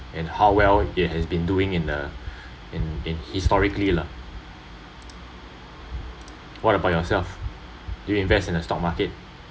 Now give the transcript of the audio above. and how well it has been doing in uh in in historically lah what about yourself do you invest in the stock market